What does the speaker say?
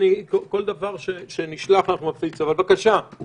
כל דבר שנשלח נפיץ, אבל, בבקשה, תמשיך.